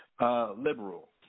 Liberal